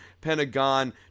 Pentagon